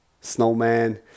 snowman